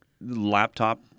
Laptop